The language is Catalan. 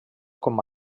com